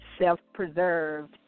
self-preserved